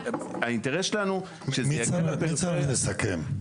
האינטרס שלנו הוא שזה יהיה --- מי צריך לסכם?